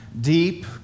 deep